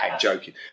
joking